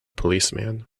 policeman